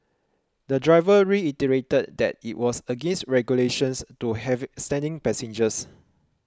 the driver reiterated that it was against regulations to have standing passengers